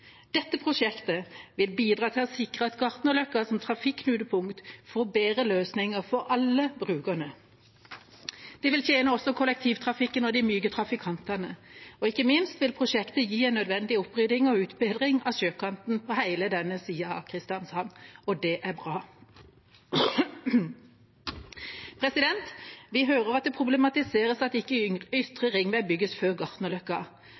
Dette prosjektet vil bidra til å sikre at Gartnerløkka som trafikknutepunkt får bedre løsninger for alle brukerne. Det vil tjene også kollektivtrafikken og de myke trafikantene. Ikke minst vil prosjektet gi en nødvendig opprydding og utbedring av sjøkanten på hele denne sida av Kristiansand, og det er bra. Vi hører at det problematiseres at ikke Ytre ringvei bygges før Gartnerløkka.